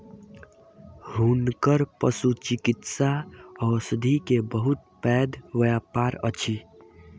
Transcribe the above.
हुनकर पशुचिकित्सा औषधि के बहुत पैघ व्यापार अछि